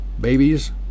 babies